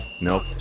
Nope